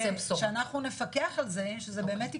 שאנחנו נפקח על זה שזה באמת יקרה,